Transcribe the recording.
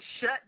shut